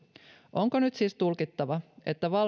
onko nyt siis tulkittava että